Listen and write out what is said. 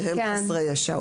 שהם חסרי ישע.